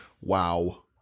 Wow